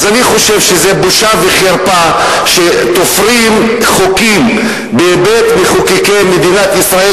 אני חושב שזה בושה וחרפה שתופרים חוקים בבית מחוקקי מדינת ישראל,